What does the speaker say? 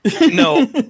No